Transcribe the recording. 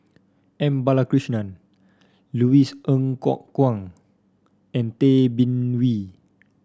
M Balakrishnan Louis Ng Kok Kwang and Tay Bin Wee